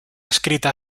escrita